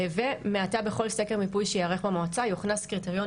ומעתה בכל סקר מיפוי שייערך במועצה יוכנס קריטריון